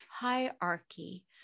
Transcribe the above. hierarchy